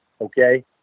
Okay